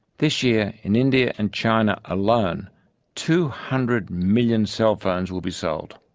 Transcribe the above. this year in india and china alone two hundred million cell phones will be sold.